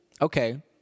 okay